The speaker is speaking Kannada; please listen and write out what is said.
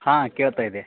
ಹಾಂ ಕೇಳ್ತಾಯಿದೆ